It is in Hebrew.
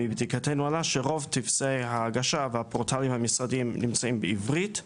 מבדיקתנו עלה שרוב טפסי ההגשה והפורטלים המשרדיים נמצאים בעברית.